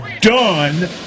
done